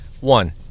One